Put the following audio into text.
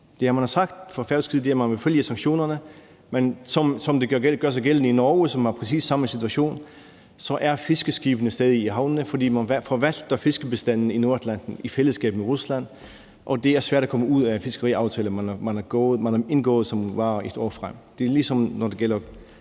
kraft. Man har fra færøsk side sagt, at man vil følge sanktionerne, men som det gør sig gældende i Norge, som er i præcis samme situation, så er fiskeskibene stadig i havnene, fordi man forvalter fiskebestanden i Nordatlanten i fællesskab med Rusland. Det er svært at komme ud af en fiskeriaftale, man har indgået, som varer et år frem. Det er ligesom med den gas,